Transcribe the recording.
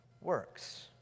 works